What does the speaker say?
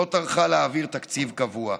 שלא טרחה להעביר תקציב קבוע.